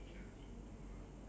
is it ya